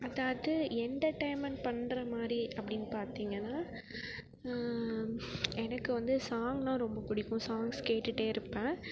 அதாவது எண்டெர்டைன்மெண்ட் பண்றமாதிரி அப்படின்னு பார்த்திங்கன்னா எனக்கு வந்து சாங்க்னால் ரொம்ப பிடிக்கும் சாங்க்ஸ் கேட்டுகிட்டே இருப்பேன்